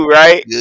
right